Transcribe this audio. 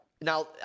Now